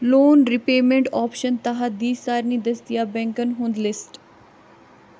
لون repayment آپشنَن تحت دِ سارنٕے دٔستیاب بینٛکنَن ہُنٛد لسٹ